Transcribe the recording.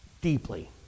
deeply